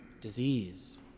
disease